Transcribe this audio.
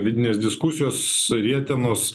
vidinės diskusijos rietenos